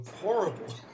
horrible